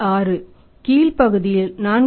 6 கீழ் பகுதியில் 4